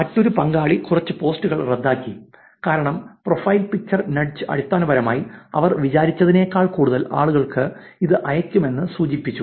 മറ്റൊരു പങ്കാളി കുറച്ച് പോസ്റ്റുകൾ റദ്ദാക്കി കാരണം പ്രൊഫൈൽ പിക്ചർ നഡ്ജ് അടിസ്ഥാനപരമായി അവർ വിചാരിച്ചതിനേക്കാൾ കൂടുതൽ ആളുകൾക്ക് ഇത് അയയ്ക്കുമെന്ന് സൂചിപ്പിച്ചു